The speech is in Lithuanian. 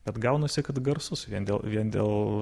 vat gaunasi kad garsus vien dėl vien dėl